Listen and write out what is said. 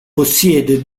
possiede